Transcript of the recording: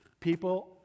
people